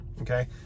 okay